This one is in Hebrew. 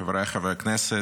חבריי חברי הכנסת,